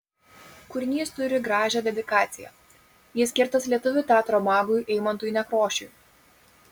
kūrinys turi gražią dedikaciją jis skirtas lietuvių teatro magui eimuntui nekrošiui